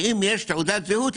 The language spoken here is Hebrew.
שאם יש תעודת זהות,